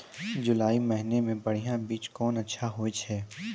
जुलाई महीने मे बढ़िया बीज कौन अच्छा होय छै?